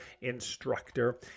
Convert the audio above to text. instructor